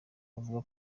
bavuga